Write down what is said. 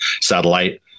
Satellite